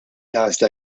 għażla